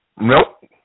Nope